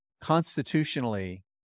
constitutionally